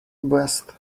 breast